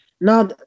Now